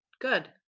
good